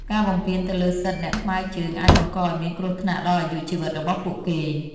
ការបំពានទៅលើសិទ្ធិអ្នកថ្មើរជើងអាចបង្កឱ្យមានគ្រោះថ្នាក់ដល់អាយុជីវិតរបស់ពួកគេ។